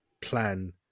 plan